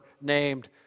named